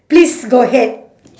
please go ahead